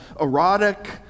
Erotic